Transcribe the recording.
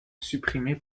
supprimée